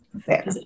Fair